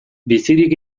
bizirik